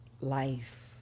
Life